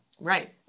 Right